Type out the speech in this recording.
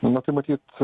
nu matai matyt